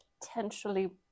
potentially